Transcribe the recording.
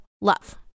love